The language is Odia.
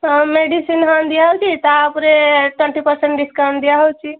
ହଁ ମେଡ଼ିସିନ୍ ହଁ ଦିଆ ହେଉଛି ତା'ପରେ ଟ୍ୱେଣ୍ଟି ପରସେଣ୍ଟ ଡିସକାଉଣ୍ଟ ଦିଆ ହେଉଛି